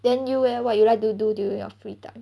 then you leh what you like to do during your free time